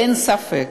אין ספק